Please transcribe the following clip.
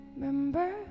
remember